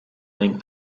link